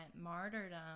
martyrdom